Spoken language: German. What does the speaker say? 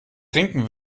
trinken